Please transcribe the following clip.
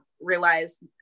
realize